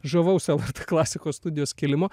žavaus lrt klasikos studijos kilimo